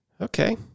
Okay